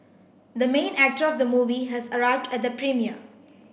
the main actor of the movie has arrived at the premiere